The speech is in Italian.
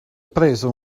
preso